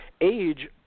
age